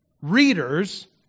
readers